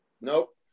Nope